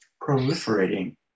proliferating